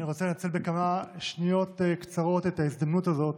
אני רוצה לנצל בכמה שניות קצרות את ההזדמנות הזאת